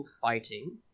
fighting